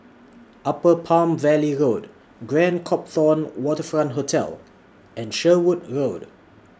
Upper Palm Valley Road Grand Copthorne Waterfront Hotel and Sherwood Road